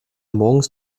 morgens